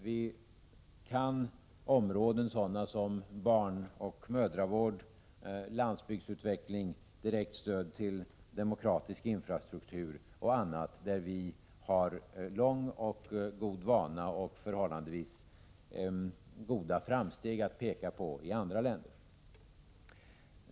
Vi kan områden som barnoch mödravård, landsbygdsutveckling, direktstöd till demokratisk infrastruktur och annat, där vi har lång och god vana och förhållandevis goda framsteg att peka på i andra länder.